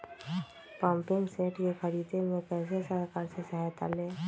Pumping set के ख़रीदे मे कैसे सरकार से सहायता ले?